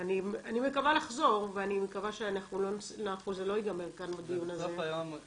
אבל אני מקווה לחזור ואני מקווה שזה לא יגמר כאן בדיון הזה כי